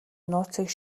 нууцыг